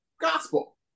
gospel